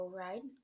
ride